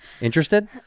interested